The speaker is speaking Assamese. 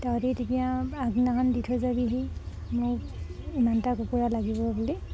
তহঁতি তেতিয়া আগদিনাখন দি থৈ যাবিহি মোক ইমানটা কুকুৰা লাগিব বুলি